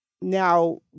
now